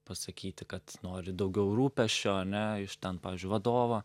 pasakyti kad nori daugiau rūpesčio ane iš ten pavyzdžiui vadovo